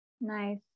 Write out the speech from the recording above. Nice